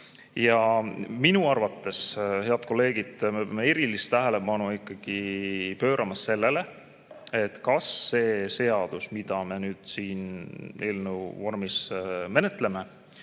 Minu arvates, head kolleegid, me peame erilist tähelepanu pöörama sellele, kas see seadus, mida me siin eelnõu vormis menetleme,